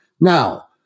Now